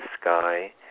sky